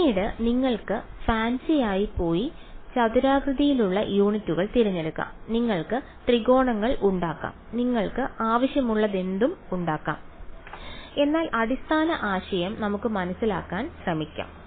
പിന്നീട് നിങ്ങൾക്ക് ഫാൻസി ആയി പോയി ചതുരാകൃതിയിലുള്ള യൂണിറ്റുകൾ തിരഞ്ഞെടുക്കാം നിങ്ങൾക്ക് ത്രികോണങ്ങൾ ഉണ്ടാക്കാം നിങ്ങൾക്ക് ആവശ്യമുള്ളതെന്തും ഉണ്ടാക്കാം എന്നാൽ അടിസ്ഥാന ആശയം നമുക്ക് മനസിലാക്കാൻ ശ്രമിക്കാം